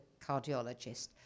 cardiologist